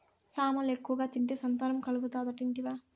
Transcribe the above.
సామలు ఎక్కువగా తింటే సంతానం కలుగుతాదట ఇంటివా